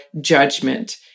judgment